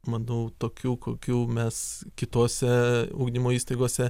manau tokių kokių mes kitose ugdymo įstaigose